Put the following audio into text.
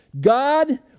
God